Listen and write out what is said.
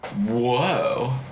whoa